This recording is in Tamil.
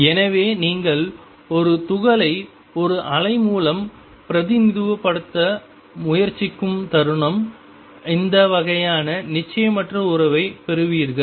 எனவே நீங்கள் ஒரு துகளை ஒரு அலை மூலம் பிரதிநிதித்துவப்படுத்த முயற்சிக்கும் தருணம் இந்த வகையான நிச்சயமற்ற உறவைப் பெறுவீர்கள்